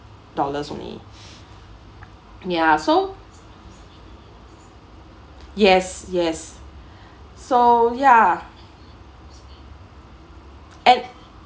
dollars only ya so yes so ya uh